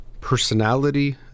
personality